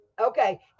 Okay